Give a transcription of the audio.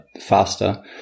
faster